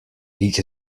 each